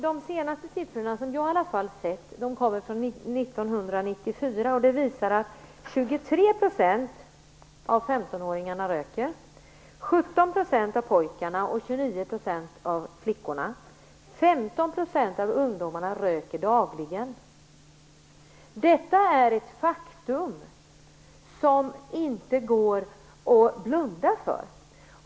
De senaste siffrorna som jag har sett kommer från 1994, och de visar att 23 % av 15-åringarna röker - 17 % av pojkarna och 29 % av flickorna. 15 % av ungdomarna röker dagligen. Detta är ett faktum som inte går att blunda för.